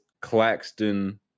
Claxton